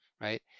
Right